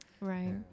Right